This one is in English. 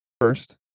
First